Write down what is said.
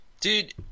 Dude